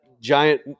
giant